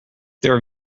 their